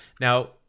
Now